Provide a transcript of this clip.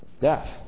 death